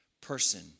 Person